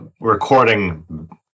recording